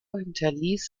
hinterließ